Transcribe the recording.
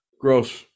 Gross